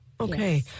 Okay